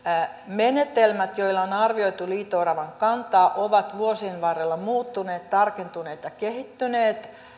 menetelmät joilla on on arvioitu liito oravan kantaa ovat vuosien varrella muuttuneet tarkentuneet ja kehittyneet